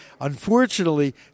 Unfortunately